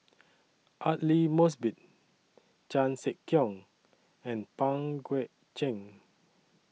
Aidli Mosbit Chan Sek Keong and Pang Guek Cheng